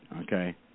okay